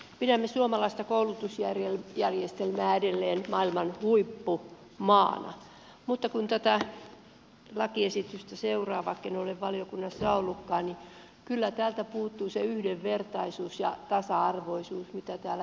pidämme suomalaista koulutusjärjestelmää edelleen maailman huippuna mutta kun tätä lakiesitystä seuraa vaikka en ole valiokunnassa ollutkaan niin kyllä täältä puuttuu se yhdenvertaisuus ja tasa arvoisuus mistä täällä eduskunnassakin on käyty keskustelua